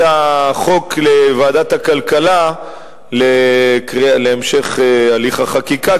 החוק לוועדת הכלכלה להמשך הליך החקיקה,